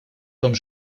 том